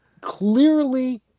clearly